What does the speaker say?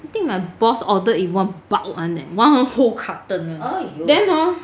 I think my boss order in one whole bulk [one] eh one whole carton